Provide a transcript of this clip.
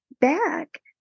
back